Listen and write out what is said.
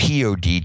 POD